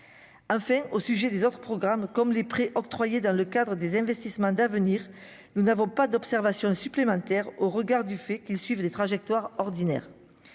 enfin, au sujet des autres programmes comme les prêts octroyés dans le cadre des Investissements d'avenir, nous n'avons pas d'observation supplémentaires au regard du fait qu'ils suivent des trajectoires ordinaire,